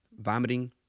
vomiting